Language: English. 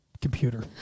Computer